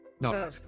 No